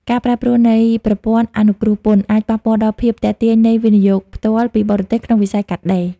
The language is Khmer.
ការប្រែប្រួលនៃ "ប្រព័ន្ធអនុគ្រោះពន្ធ" អាចប៉ះពាល់ដល់ភាពទាក់ទាញនៃ វិនិយោគផ្ទាល់ពីបរទេស ក្នុងវិស័យកាត់ដេរ។